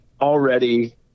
already